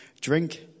drink